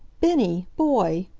bennie boy!